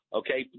okay